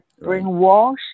brainwash